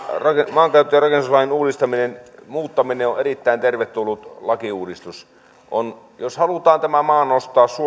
maankäyttö ja rakennuslain muuttaminen on erittäin tervetullut lakiuudistus jos halutaan tämä maa nostaa